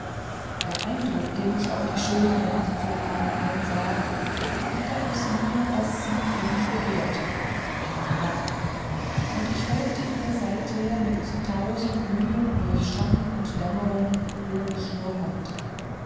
der eindruck den ich auf die schöne gemacht zu haben einsah machte aus mir was sie eben begehrte einen narren und ich folgte ihr seither mit tausend mühen durch schatten und dämmerung wo ich nur konnte